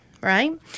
right